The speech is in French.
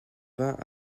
vingt